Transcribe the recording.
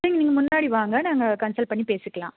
சரி நீங்கள் முன்னாடி வாங்க நாங்கள் கன்சல்ட் பண்ணி பேசிக்கலாம்